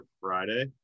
Friday